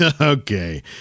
Okay